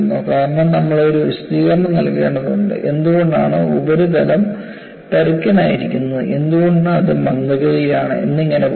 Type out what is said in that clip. കാരണം നമ്മൾ ഒരു വിശദീകരണം നൽകേണ്ടതുണ്ട് എന്തുകൊണ്ടാണ് ഉപരിതലം പരുക്കൻ ആയിരിക്കുന്നത് എന്തുകൊണ്ട് അത് മന്ദഗതിയിലാണ് എന്നിങ്ങനെ പോകുന്നു